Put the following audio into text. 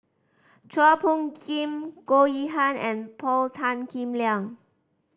Chua Phung Kim Goh Yihan and Paul Tan Kim Liang